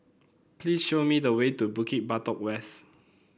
please show me the way to Bukit Batok West